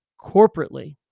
corporately